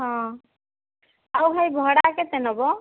ହଁ ଆଉ ଭାଇ ଭଡ଼ା କେତେ ନେବ